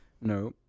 No